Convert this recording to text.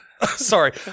sorry